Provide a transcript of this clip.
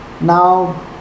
Now